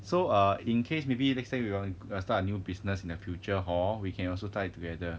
so err in case maybe next time if you want to start a new business in the future hor we can also tie together